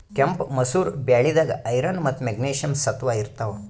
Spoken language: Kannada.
ಕೆಂಪ್ ಮಸೂರ್ ಬ್ಯಾಳಿದಾಗ್ ಐರನ್ ಮತ್ತ್ ಮೆಗ್ನೀಷಿಯಂ ಸತ್ವ ಇರ್ತವ್